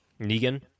Negan